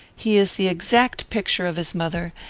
he is the exact picture of his mother,